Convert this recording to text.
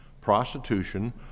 prostitution